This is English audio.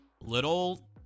little